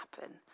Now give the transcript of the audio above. happen